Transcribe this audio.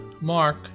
Mark